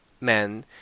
men